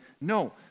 No